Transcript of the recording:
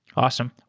awesome.